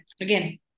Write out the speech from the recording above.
again